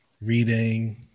reading